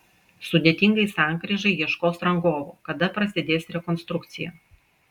sudėtingai sankryžai ieškos rangovo kada prasidės rekonstrukcija